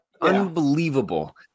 unbelievable